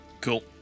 Cool